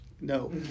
No